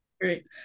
Great